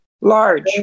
Large